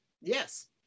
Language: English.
Yes